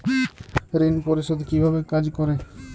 ঋণ পরিশোধ কিভাবে কাজ করে?